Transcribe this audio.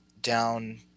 down